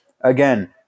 again